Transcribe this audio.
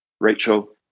Rachel